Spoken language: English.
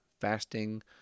Fasting